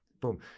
boom